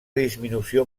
disminució